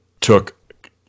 took